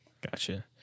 gotcha